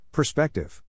Perspective